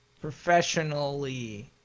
Professionally